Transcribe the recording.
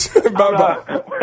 Bye-bye